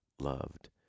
loved